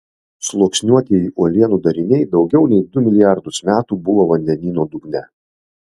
sluoksniuotieji uolienų dariniai daugiau nei du milijardus metų buvo vandenyno dugne